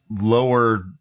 lower